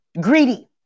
greedy